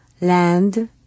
Land